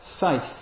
faith